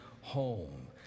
home